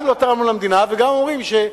גם לא תרמנו למדינה, וגם אומרים ש-.